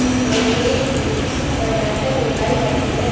Bangalore blue किस्म कर्नाटक में उगाई जाती है